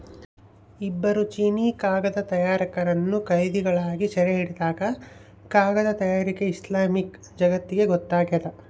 ಇಬ್ಬರು ಚೀನೀಕಾಗದ ತಯಾರಕರನ್ನು ಕೈದಿಗಳಾಗಿ ಸೆರೆಹಿಡಿದಾಗ ಕಾಗದ ತಯಾರಿಕೆ ಇಸ್ಲಾಮಿಕ್ ಜಗತ್ತಿಗೊತ್ತಾಗ್ಯದ